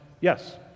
Yes